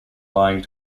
lying